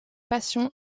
passion